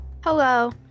Hello